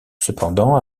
cependant